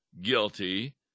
guilty